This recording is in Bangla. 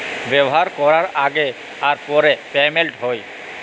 ব্যাভার ক্যরার আগে আর পরে পেমেল্ট হ্যয়